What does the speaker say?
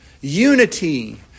Unity